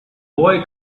boy